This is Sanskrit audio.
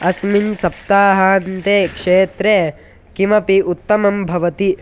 अस्मिन् सप्ताहान्ते क्षेत्रे किमपि उत्तमं भवति